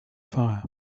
fire